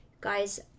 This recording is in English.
guys